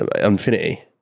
Infinity